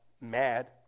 mad